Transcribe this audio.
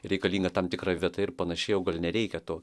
reikalinga tam tikra vieta ir panašiai o gal nereikia to